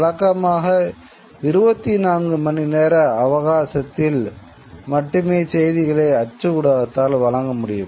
வழக்கமாக 24 மணி நேர அவகாசத்தில் மட்டுமே செய்திகளை அச்சு ஊடகத்தால் வழங்க முடியும்